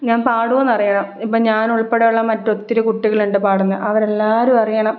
ഞാൻ പാടുവോ എന്ന് അറിയണം ഇപ്പം ഞാൻ ഉൾപ്പടെ ഉള്ള മറ്റ് ഒത്തിരി കുട്ടികളുണ്ട് പാടുന്നത് അവരെല്ലാവരും അറിയണം